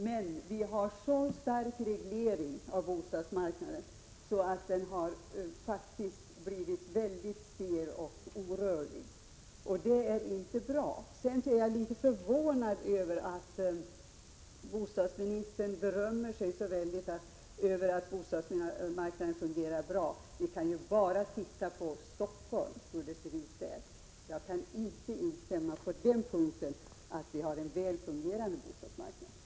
Men vi har också en sådan stark reglering av bostadsmarknaden att denna faktiskt har blivit väldigt stel och orörlig, och det är inte bra. Vidare är jag litet förvånad över att bostadsministern berömmer sig så mycket av att bostadsmarknaden fungerar bra. Vi kan ju bara titta på förhållandena i Stockholm. Jag kan således inte instämma i talet om att vi har en väl fungerande bostadsmarknad.